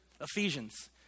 Ephesians